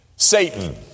Satan